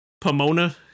pomona